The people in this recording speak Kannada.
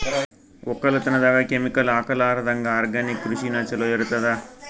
ಒಕ್ಕಲತನದಾಗ ಕೆಮಿಕಲ್ ಹಾಕಲಾರದಂಗ ಆರ್ಗ್ಯಾನಿಕ್ ಕೃಷಿನ ಚಲೋ ಇರತದ